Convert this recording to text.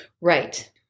Right